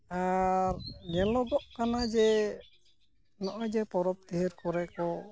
ᱟᱨ ᱧᱮᱞᱚᱜᱚᱜ ᱠᱟᱱᱟ ᱡᱮ ᱱᱚᱜᱼᱚ ᱡᱮ ᱯᱚᱨᱚᱵ ᱯᱤᱦᱟᱹ ᱠᱚᱨᱮ ᱠᱚ